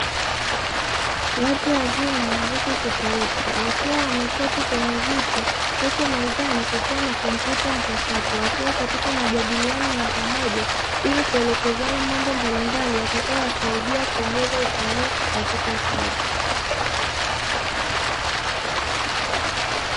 Watu wazima wa rika tofauti wakiwa wameketi kwenye viti huku mezani kukiwa na kompyuta mpakato, wakiwa katika majadiliano ya pamoja ili kuelekezana mambo mbalimbali yatakayo wasaidia kuongeza ufanisi katika kazi.